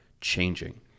changing